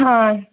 हाँ